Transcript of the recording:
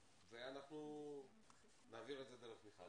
ואנחנו נעביר את זה דרך מיכל